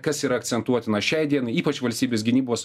kas yra akcentuotina šiai dienai ypač valstybės gynybos